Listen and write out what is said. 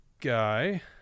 guy